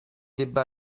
debba